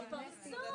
התשפ"ב-2022.